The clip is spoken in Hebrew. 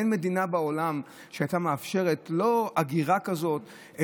אין מדינה בעולם שהייתה מאפשרת הגירה כזאת,